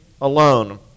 alone